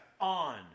On